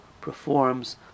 performs